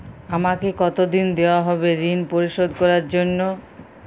আমাকে কতদিন দেওয়া হবে ৠণ পরিশোধ করার জন্য?